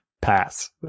Pass